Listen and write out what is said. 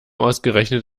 ausgerechnet